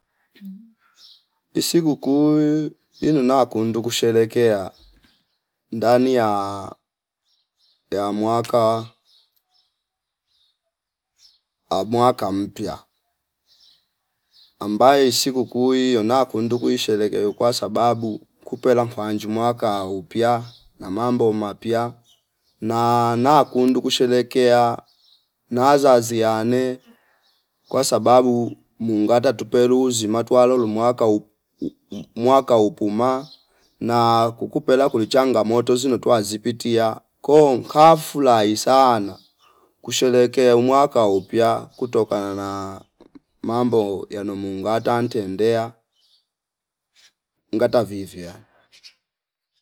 Isikuku inuna kundu kusherekea ndani ya ya mwaka amwaka mpya ambaye isikuku iyo na kundu kuisherekea iyo kwasababu kupela mkwanju mwaka upya na mambo mapya na- nakundu kusherekea nazazi yane kwasababu mungata tuperu zimatwalo lumwaka uum mwaka upuma na kukupela kuli changamoto zino twa zipitia ko kafurahi sana kusherekea umwaka upya kutokana na mambo yano mungata ntendea ngata vivia